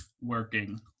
working